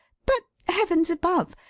but heavens above,